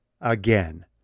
again